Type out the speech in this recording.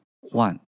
one